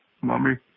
Mommy